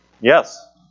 Yes